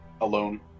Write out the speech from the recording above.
alone